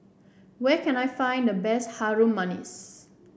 where can I find the best Harum Manis